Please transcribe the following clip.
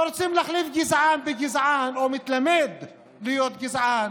לא רוצים להחליף גזען בגזען או במתלמד להיות גזען,